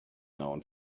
known